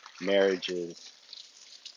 marriages